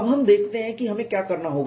अब हम देखते हैं कि हमें क्या करना होगा